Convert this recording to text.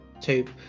tube